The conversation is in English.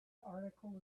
article